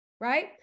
right